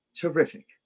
terrific